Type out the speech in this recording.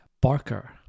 Barker